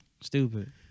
stupid